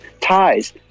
ties